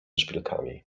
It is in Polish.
szpilkami